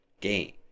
game